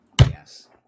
yes